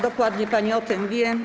Dokładnie pani o tym wie.